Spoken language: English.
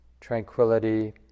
tranquility